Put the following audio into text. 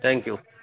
thank you